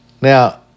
Now